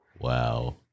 Wow